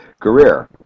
career